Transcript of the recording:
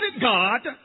God